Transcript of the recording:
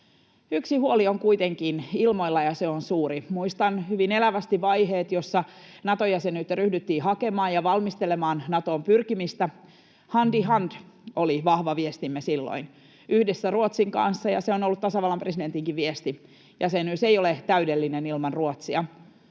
Yksi huoli on kuitenkin ilmoilla, ja se on suuri. Muistan hyvin elävästi vaiheet, joissa Nato-jäsenyyttä ryhdyttiin hakemaan ja Natoon pyrkimistä valmistelemaan. ”Hand i hand” oli vahva viestimme silloin yhdessä Ruotsin kanssa, ja se on ollut tasavallan presidentinkin viesti: jäsenyys ei ole täydellinen ilman Ruotsia.